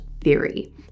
theory